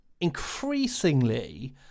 increasingly